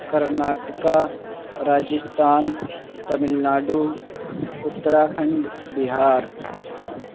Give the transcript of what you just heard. Karnataka Rajasthan Tamil Nadu Uttarakhand Bihar